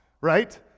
right